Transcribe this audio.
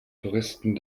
touristen